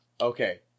okay